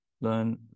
learn